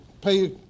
pay